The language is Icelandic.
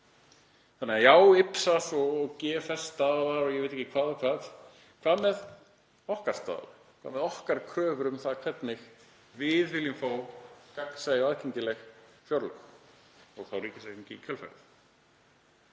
Hérna eru IPSAS- og GFS-staðlar og ég veit ekki hvað og hvað, en hvað með okkar staðal, hvað með okkar kröfur um það hvernig við viljum fá gagnsæ og aðgengileg fjárlög, og þá ríkisreikning í kjölfarið?